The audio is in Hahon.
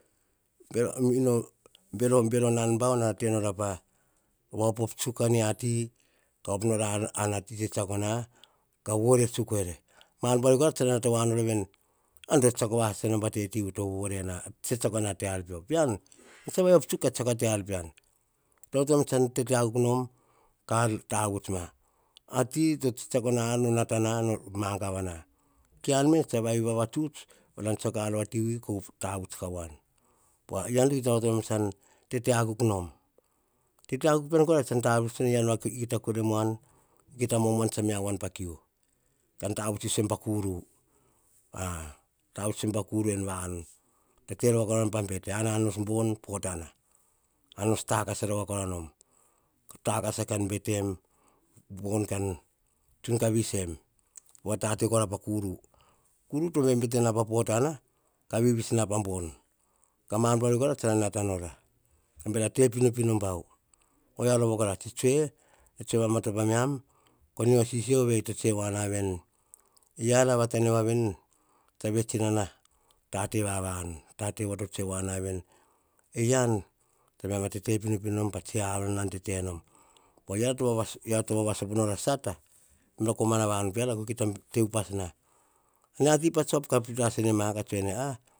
Ino bero, bero nan bau na ra te nora pa va opop tsuk nia ti, ka op nora na ti tse tsiako na, ka vore tsuk ere mar buar veri tsa ra nata woa nora veni, yian to tsiako va sata nom pa ti vui to vovore na to, tse tsiako na te ar pio. Pean tsa vai op tsuk ka tsiako tsuk te ar pean. Kita onto nom tsan tete akuk, nom ka ar vi tavuts ma, a ti to tse tsiako na ar no nata, ka mangava na, ke yian me tsa vava tsuts pa ar vati wi ko tavuts ka wan pova yian kita nata tsa tete akuk nom tete akuk pean kora, tsa tavuts tsan yiu nom ma kure muan, kita mo muan pats tsa me awan pa kiu. Ka tavuts sisio nom pa kure, tavuts tsan waem pa kura en vanu. Tete rova koraim pa bete, ana nos bon potana, anos takasa rova koraim nom, takasa ka betem, bon ka tsun. kavis sem. To tate kora pa kuru, kuru to bete na pa pota na ka vivis na pa bon. Ka mar buar veri tsa ra nata nora, ka bara te pino, pino bau, o yia rova tsi tsue, tsue mama topo ka miam ko nio sisio ve yi, to tsue na veni, e yiara pa va ta ne wa veni, tsa vets ina na tate va vanu. Tate to tsue na ven, e yian tsa baim ma te pinopino nom pa tsiar na tete nom. Yiara to vava sopo nor pa sata komana vanu peara ki ta te upas na. Nia ti tsa puir as ma, ka tsue wa veni.